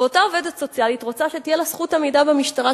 ואותה עובדת סוציאלית רוצה שתהיה לה זכות עמידה במשטרה,